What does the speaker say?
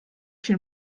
viel